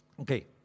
Okay